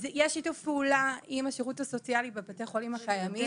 יש שיתוף פעולה עם השירות הסוציאלי בבתי החולים הקיימים.